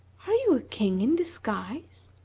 are you a king in disguise?